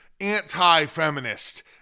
anti-feminist